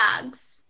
dogs